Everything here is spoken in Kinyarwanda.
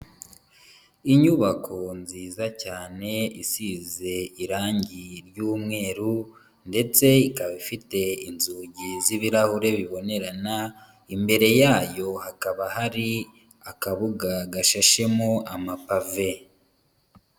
Inyubako nziza cyane, isize irangi ry'umweru ndetse ikaba ifite inzugi z'ibirahure bibonerana, imbere yayo hakaba hari akabuga gashashemo amapave.